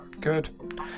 good